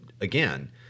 again